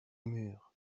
mur